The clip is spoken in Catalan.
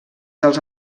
dels